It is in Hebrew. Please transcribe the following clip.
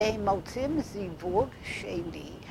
הם מוצאים זיווג שני.